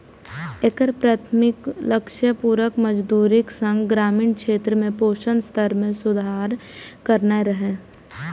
एकर प्राथमिक लक्ष्य पूरक मजदूरीक संग ग्रामीण क्षेत्र में पोषण स्तर मे सुधार करनाय रहै